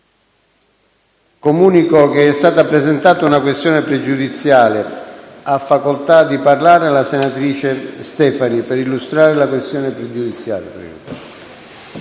Comunico che è stata presentata una questione pregiudiziale. Ha chiesto di intervenire la senatrice Stefani per illustrare la questione pregiudiziale